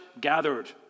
gathered